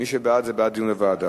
מי שבעד, זה בעד דיון בוועדה,